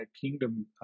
kingdom